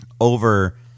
over